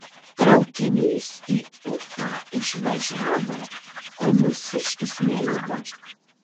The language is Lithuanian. traukinys į ufą išvažiavo o mūsiškis nejuda